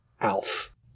Alf